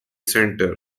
center